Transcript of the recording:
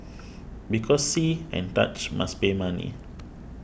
because see and touch must pay money